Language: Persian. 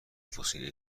فسیلی